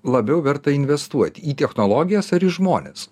labiau verta investuoti į technologijas ar į žmones